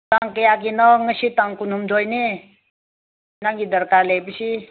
ꯇꯥꯡ ꯀꯌꯥꯒꯤꯅꯣ ꯉꯁꯤ ꯇꯥꯡ ꯀꯨꯟꯍꯨꯝꯗꯣꯏꯅꯦ ꯅꯪꯒꯤ ꯗꯔꯀꯥꯔ ꯂꯩꯕꯁꯤ